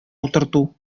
утырту